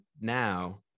now